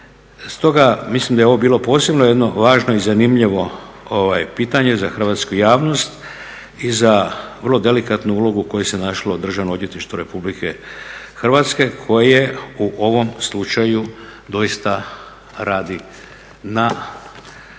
Stoga mislim da je ovo bilo posebno jedno važno i zanimljivo pitanje za hrvatsku javnost i za vrlo delikatnu ulogu u kojoj se našlo Državno odvjetništvo RH koje u ovom slučaju doista radi u